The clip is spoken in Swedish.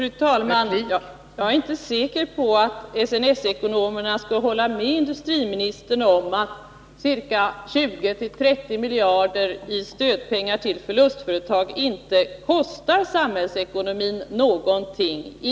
Fru talman! Jag är inte säker på att SNS-ekonomerna skulle hålla med industriministern om att ca 20-30 miljarder kronor i stödpengar till förlustföretag inte kostar samhället någonting.